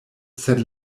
sen